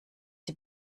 sie